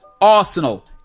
Arsenal